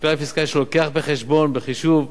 הכלל הפיסקלי שמביא בחשבון, בחישוב,